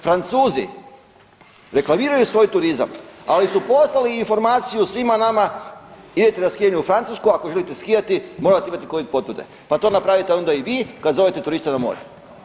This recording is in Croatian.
Francuzi reklamiraju svoj turizam, ali su poslali i informaciju svima nama, idete na skijanje u Francusku, ako želite skijati, morate imati Covid potvrde pa to napravite onda i vi kad zovete turiste na more.